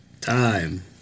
Time